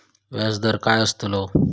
व्याज दर काय आस्तलो?